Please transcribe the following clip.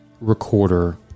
recorder